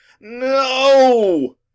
No